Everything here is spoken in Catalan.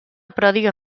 pròdiga